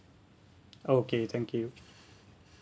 okay thank you